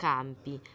Campi